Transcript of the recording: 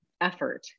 effort